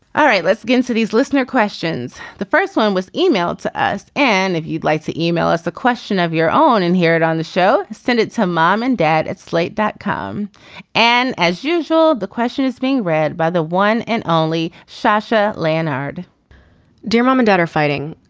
all right let's begin cities listener questions. the first one was emailed to us and if you'd like to email us the question of your own and hear it on the show. send it to um mom and dad at slate that come and as usual the question is being read by the one and only sasha lanyard dear mom and dad are fighting.